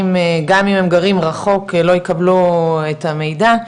גם אם הם גרים רחוק לא יקבלו את המידע,